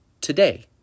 today